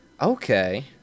Okay